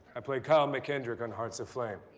i play kyle mckendrick on hearts aflame.